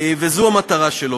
וזו המטרה שלו.